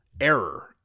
error